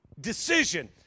Decision